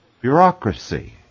bureaucracy